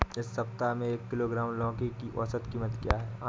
इस सप्ताह में एक किलोग्राम लौकी की औसत कीमत क्या है?